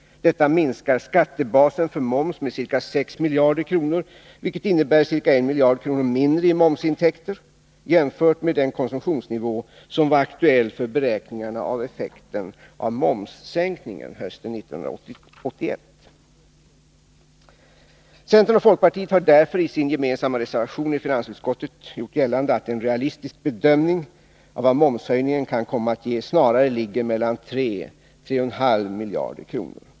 Detta minskar skattebasen för moms med ca 6 miljarder kronor, vilket innebär ca 1 miljard kronor mindre i momsintäkter jämfört med den konsumtionsnivå som var aktuell för beräkningarna beträffande effekterna av momssänkningen hösten 1981. Centern och folkpartiet har därför i sin gemensamma reservation i finansutskottet gjort gällande att en realistisk bedömning av vad momshöjningen kan komma att ge snarare ligger mellan 3 och 3,5 miljarder kronor.